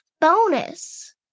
bonus